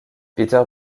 peter